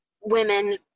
women